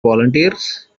volunteers